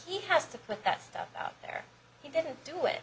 he has to put that stuff out there he didn't do it